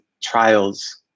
trials